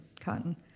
cotton